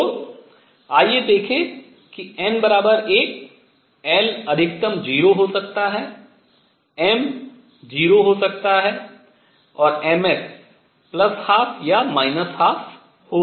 तो आइए देखें कि n 1 l अधिकतम 0 हो सकता है m 0 हो सकता है और ms 12 या 12 हो सकता है